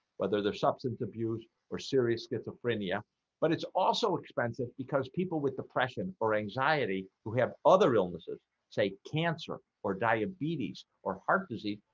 whether they're substance abuse or serious schizophrenia but it's also expensive because people with depression or anxiety who have other illnesses say cancer or diabetes or heart disease,